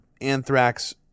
Anthrax